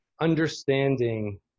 understanding